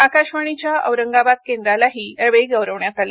आकाशवाणीच्या औरंगाबाद केंद्रालाही यावेळी गौरवण्यात आलं